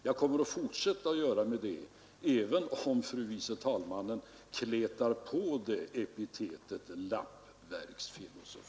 Jag kommer att fortsätta med det, även om fru andre vice talmannen kletar på det epitetet lappverksfilosofi.